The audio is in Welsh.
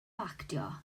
actio